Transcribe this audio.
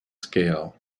scale